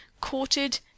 courted